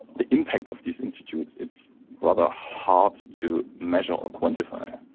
the impact of these institutes, it's rather hard to measure or quantify.